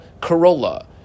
Corolla